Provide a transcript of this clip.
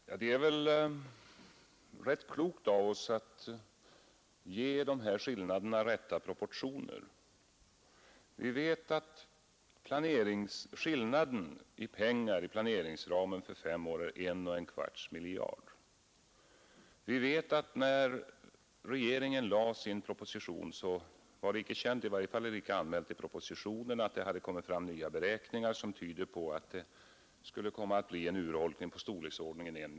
Fru talman! Det är väl rätt klokt av oss att ge dessa skillnader rätta proportioner. Vi vet att skillnaden i pengar i planeringsramen för de fem åren är en och en kvarts miljard. Vi vet att när regeringen lade sin proposition var det icke känt — i varje fall icke anmält i propositionen — att det kommit fram nya veräkningar som tydde på en urholkning av storlekdsordningen en miljard.